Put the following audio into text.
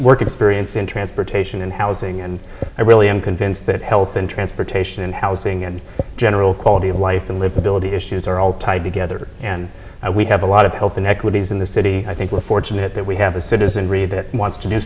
work experience in transportation and housing and i really am convinced that health and transportation and housing and general quality of life and live ability issues are all tied together and we have a lot of hope inequities in the city i think we're fortunate that we have a citizenry that wants to do